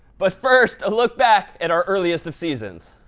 but first, a look back at our earliest of seasons.